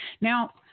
Now